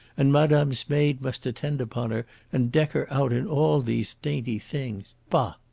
and madame's maid must attend upon her and deck her out in all these dainty things. bah!